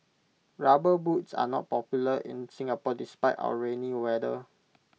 rubber boots are not popular in Singapore despite our rainy weather